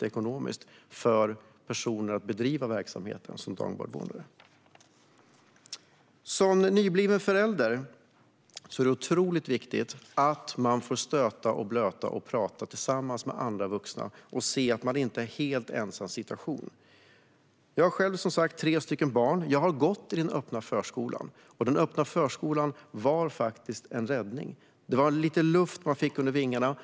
ekonomiskt omöjligt för personer att bedriva verksamhet som dagbarnvårdare. Som nybliven förälder är det otroligt viktigt att få stöta, blöta och prata med andra vuxna och se att man inte är helt ensam i sin situation. Jag har som sagt själv tre barn. Jag har gått till den öppna förskolan, och den var faktiskt en räddning. Man fick lite luft under vingarna.